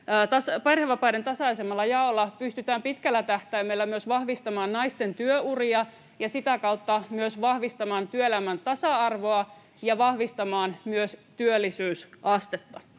perhevapaiden tasaisemmalla jaolla pystytään pitkällä tähtäimellä myös vahvistamaan naisten työuria ja sitä kautta myös vahvistamaan työelämän tasa-arvoa ja vahvistamaan myös työllisyysastetta.